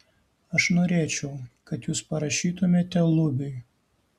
aš norėčiau kad jūs parašytumėte lubiui